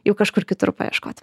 jau kažkur kitur paieškot